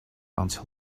until